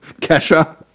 kesha